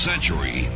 Century